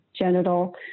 genital